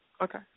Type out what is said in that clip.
Okay